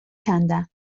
کندم